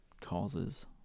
causes